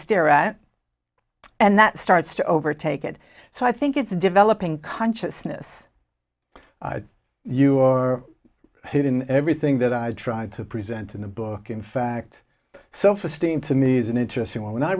stare at and that starts to overtake it so i think it's developing consciousness you are hidden everything that i tried to present in the book in fact self esteem to me is an interesting one when i